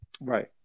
right